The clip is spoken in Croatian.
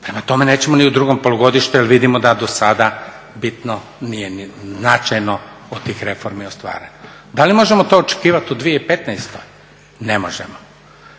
Prema tome, nećemo ni u drugom polugodištu jer vidimo da do sada bitno nije ni značajno od tih reformi ostvareno. Da li možemo to očekivati u 2015.? Ne možemo.